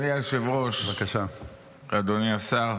אדוני היושב-ראש, אדוני השר,